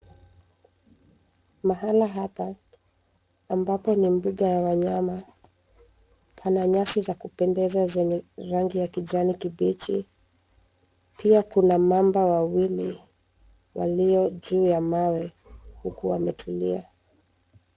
Mahali hapa, ambapo ni mbunga la wanyama pana nyasi za kupendeza zenye rangi ya kijani kibichi, pia kuna mamba wawili, walio juu ya mawe, huku wametulia.